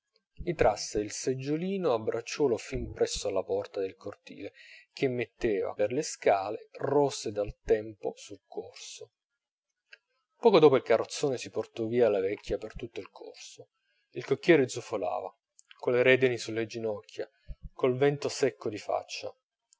gli trasse il seggiolino a bracciuoli fin presso alla porta del cortile che metteva per le scale rose dal tempo sul corso poco dopo il carrozzone si portò via la vecchia per tutto il corso il cocchiere zufolava con le redini sulle ginocchia col vento secco di faccia